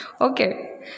Okay